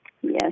Yes